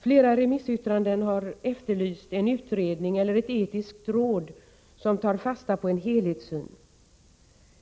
Flera remissyttranden har efterlyst en utredning eller ett etiskt råd, som tar fasta på en helhetssyn.